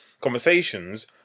conversations